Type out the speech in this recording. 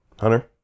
Hunter